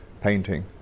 painting